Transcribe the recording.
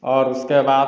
और उसके बाद